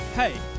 Hey